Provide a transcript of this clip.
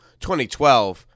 2012